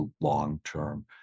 long-term